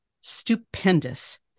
stupendous